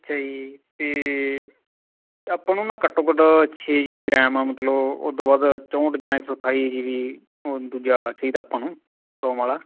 ਅੱਛਾ ਜੀ ਅਤੇ ਆਪਾਂ ਨੂੰ ਨਾ ਘੱਟੋ ਘੱਟ ਛੇ ਜੀਬੀ ਰੈਮ ਆ ਮਤਲਬ ਉਦੂ ਬਾਅਦ ਚੌਂਹਠ ਜਾਂ ਇੱਕ ਸੌ ਅਠਾਈ ਜੀਬੀ ਉਹ ਦੂਜਾ ਚਾਹੀਦਾ ਆਪਾਂ ਨੂੰ ਫੋਨ ਆਲਾ